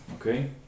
Okay